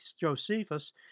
Josephus